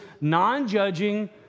non-judging